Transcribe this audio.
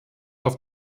auf